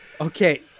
Okay